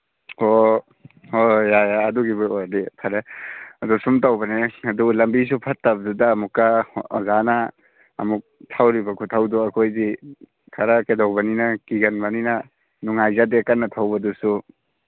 ꯑꯣ ꯍꯣꯏ ꯍꯣꯏ ꯌꯥꯔꯦ ꯌꯥꯔꯦ ꯑꯗꯨꯒꯤꯕꯨ ꯑꯣꯏꯔꯗꯤ ꯐꯔꯦ ꯑꯗꯨ ꯁꯨꯝ ꯇꯧꯕꯅꯦ ꯑꯗꯨꯒ ꯂꯝꯕꯤꯁꯨ ꯐꯠꯇꯕꯗꯨꯗ ꯑꯃꯨꯛꯀ ꯑꯣꯖꯥꯅ ꯑꯃꯨꯛ ꯊꯧꯔꯤꯕ ꯈꯨꯊꯧꯗꯣ ꯑꯩꯈꯣꯏꯗꯤ ꯈꯔ ꯀꯩꯗꯧꯕꯅꯤꯅ ꯀꯤꯒꯟꯕꯅꯤꯅ ꯅꯨꯡꯉꯥꯏꯖꯗꯦ ꯀꯟꯅ ꯊꯧꯕꯗꯨꯁꯨ